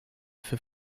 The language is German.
für